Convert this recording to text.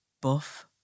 Buff